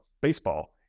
baseball